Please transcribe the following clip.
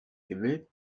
gewillt